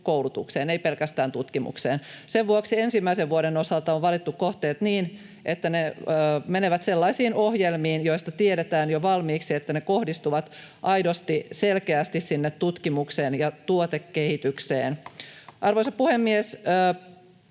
koulutukseen, ei pelkästään tutkimukseen. Sen vuoksi ensimmäisen vuoden osalta on valittu kohteet niin, että ne menevät sellaisiin ohjelmiin, joista tiedetään jo valmiiksi, että ne kohdistuvat aidosti ja selkeästi sinne tutkimukseen ja tuotekehitykseen. [Puhemies